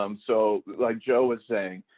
um so like jo was saying,